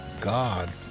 god